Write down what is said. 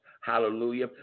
hallelujah